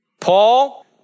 Paul